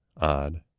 Odd